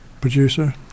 producer